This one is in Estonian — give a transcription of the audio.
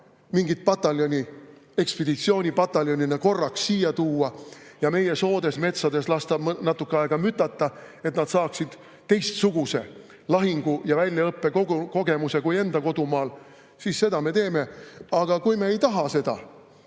mingit pataljoni ekspeditsioonipataljonina korraks siia tuua ja lasta [neil] meie soodes‑metsades natuke aega mütata, et nad saaksid teistsuguse lahingu- ja väljaõppekogemuse kui enda kodumaal, siis seda me teeme. Aga kui me ei taha,